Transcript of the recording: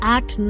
Act